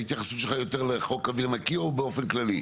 ההתייחסות שלך יותר לחוק אוויר נקי או באופן כללי?